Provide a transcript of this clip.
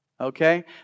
Okay